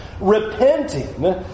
repenting